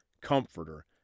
Comforter